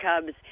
cubs